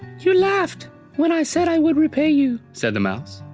you laughed when i said i would repay you, said the mouse.